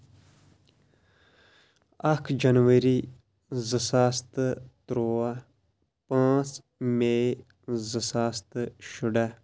اکھ جنؤری زٕ ساس تہٕ ترٛواہ پانژھ میے زٕ ساس تہٕ شُراہ